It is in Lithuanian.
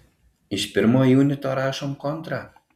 iš pirmo junito rašom kontrą